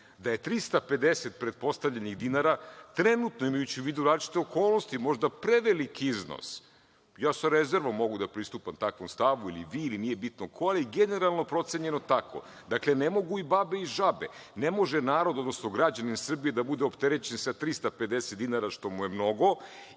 da je 350 pretpostavljenih dinara trenutno, imajući u vidu različite okolnosti, možda preveliki iznos. Ja sa rezervom mogu da pristupam takvom stavu ili vi, nije bitno ko, ali generalno je procenjeno tako. Dakle, ne mogu i babe i žabe. Ne može narod, odnosno građani Srbije da budu opterećeni sa 350 dinara što mu je mnogo